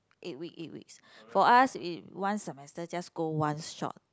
eight week eight weeks for us is one semester just go one shot